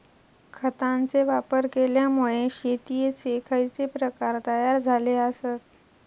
खतांचे वापर केल्यामुळे शेतीयेचे खैचे प्रकार तयार झाले आसत?